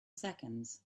seconds